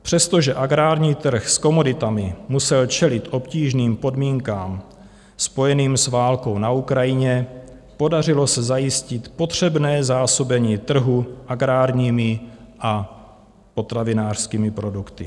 Přestože agrární trh s komoditami musel čelit obtížným podmínkám spojeným s válkou na Ukrajině, podařilo se zajistit potřebné zásobení trhu agrárními a potravinářskými produkty.